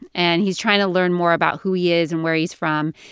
and he's trying to learn more about who he is and where he's from.